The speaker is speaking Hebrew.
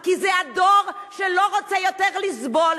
כי זה הדור שלא רוצה יותר לסבול,